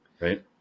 right